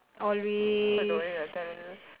always